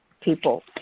people